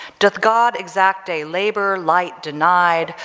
doth god exact day labor light denied,